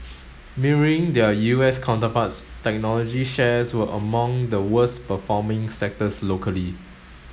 mirroring their U S counterparts technology shares were among the worst performing sectors locally